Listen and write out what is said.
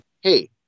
Hey